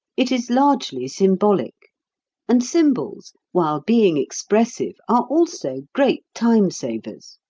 it is largely symbolic and symbols, while being expressive, are also great time-savers.